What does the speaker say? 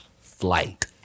flight